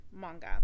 manga